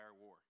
war